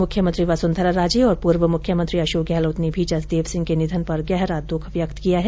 मुख्यमंत्री वसुन्धरा राजे और पूर्व मुख्यमंत्री अशोक गहलोत ने भी जसदेव सिंह के निधन पर गहरा द्ख व्यक्त किया है